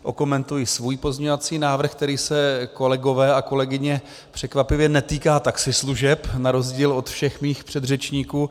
Okomentuji svůj pozměňovací návrh, který se, kolegové a kolegyně, překvapivě netýká taxislužeb na rozdíl od všech mých předřečníků.